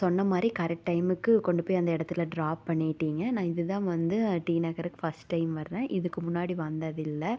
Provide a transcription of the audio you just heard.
சொன்னமாதிரி கரெக்ட் டைமுக்கு கொண்டு போய் அந்த இடத்துல டிராப் பண்ணிட்டீங்க நான் இதுதான் வந்து டிநகருக்கு ஃபஸ்ட் டைம் வரேன் இதுக்கு முன்னாடி வந்தது இல்லை